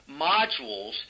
modules